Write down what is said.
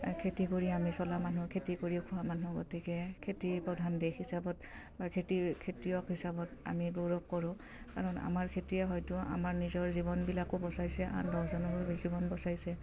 খেতি কৰি আমি চলা মানুহ খেতি কৰি খোৱা মানুহ গতিকে খেতি প্ৰধান দেশ হিচাপত বা খেতি খেতিয়ক হিচাপত আমি গৌৰৱ কৰোঁ কাৰণ আমাৰ খেতিয়ে হয়তো আমাৰ নিজৰ জীৱনবিলাকো বচাইছে আন দহজনৰ জীৱন বচাইছে